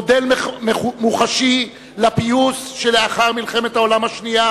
מודל מוחשי לפיוס שלאחר מלחמת העולם השנייה,